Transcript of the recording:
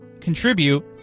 contribute